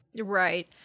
Right